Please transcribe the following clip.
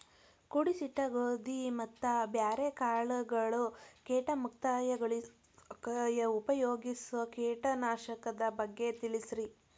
ಕೂಡಿಸಿಟ್ಟ ಗೋಧಿ ಮತ್ತ ಬ್ಯಾರೆ ಕಾಳಗೊಳ್ ಕೇಟ ಮುಕ್ತಗೋಳಿಸಾಕ್ ಉಪಯೋಗಿಸೋ ಕೇಟನಾಶಕದ ಬಗ್ಗೆ ತಿಳಸ್ರಿ